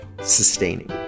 sustaining